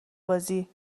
بازی